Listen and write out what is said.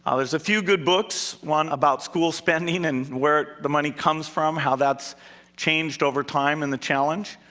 ah there's a few good books, one about school spending and where the money comes from how that's changed over time, and the challenge.